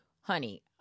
honey